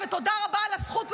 ותודה רבה על הזכות,